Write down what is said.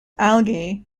algae